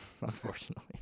Unfortunately